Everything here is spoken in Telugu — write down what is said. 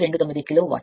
829 కిలో వాట్